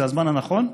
זה הזמן הנכון?